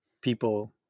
people